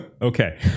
Okay